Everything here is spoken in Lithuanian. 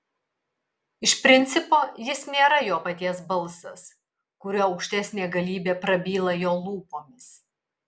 iš principo jis nėra jo paties balsas kuriuo aukštesnė galybė prabyla jo lūpomis